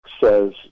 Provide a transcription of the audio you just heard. says